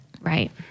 right